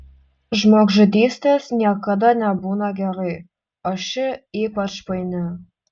žmogžudystės niekada nebūna gerai o ši ypač paini